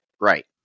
right